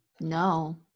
No